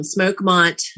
Smokemont